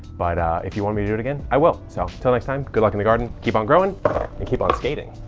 but if you want me to do it again, i will. so till next time, good luck in the garden. keep on growing and keep on skating.